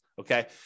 okay